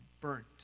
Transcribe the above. burnt